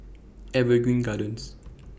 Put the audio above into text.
Evergreen Gardens